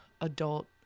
adult